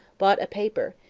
bought a paper,